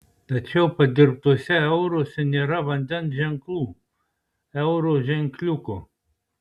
tačiau padirbtuose euruose nėra vandens ženklų euro ženkliuko